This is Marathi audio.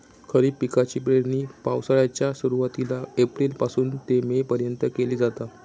खरीप पिकाची पेरणी पावसाळ्याच्या सुरुवातीला एप्रिल पासून ते मे पर्यंत केली जाता